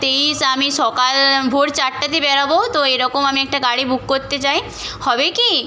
তেইশ আমি সকাল ভোর চারটেতে বেরোব তো এরকম আমি একটা গাড়ি বুক করতে চাই হবে কি